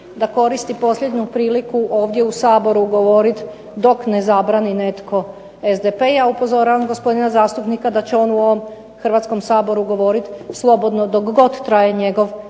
da koristi posljednju priliku ovdje u Saboru govoriti dok ne zabrani netko SDP. Ja upozoravam gospodina zastupnika da će on u ovom Hrvatskom saboru govoriti slobodno dok god traje njegov